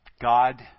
God